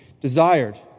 desired